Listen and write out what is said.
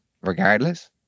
regardless